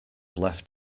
left